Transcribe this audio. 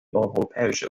europäische